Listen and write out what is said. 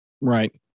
Right